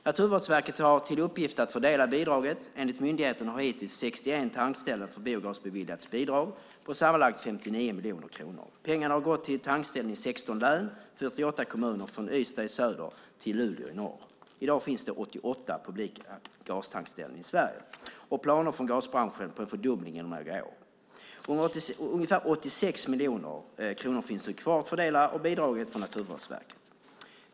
Naturvårdsverket har till uppgift att fördela bidraget. Enligt myndigheterna har hittills 61 tankställen för biogas beviljats bidrag på sammanlagt 59 miljoner kronor. Pengarna har gått till tankställen i 16 län och 48 kommuner från Ystad i söder till Luleå i norr. I dag finns det 88 publika gastankställen i Sverige, och planer från gasbranschen på en fördubbling inom några år. Ungefär 86 miljoner kronor finns nu kvar att fördela av bidraget från Naturvårdsverket.